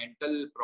mental